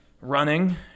running